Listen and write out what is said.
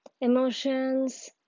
emotions